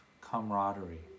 camaraderie